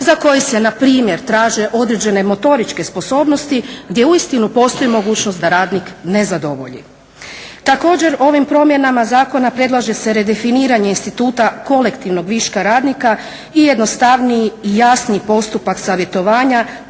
za koje se npr. traže određene motoričke sposobnosti gdje uistinu postoji mogućnost da radnik ne zadovolji. Također, ovim promjenama zakona predlaže se redefiniranje instituta kolektivnog viška radnika i jednostavniji i jasniji postupak savjetovanja